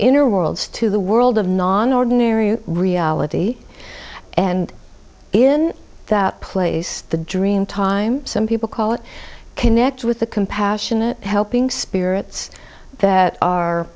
inner worlds to the world of non ordinary reality and in that place the dream time some people call it connect with the compassionate helping spirits that are